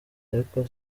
ariko